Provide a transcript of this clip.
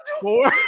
four